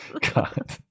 God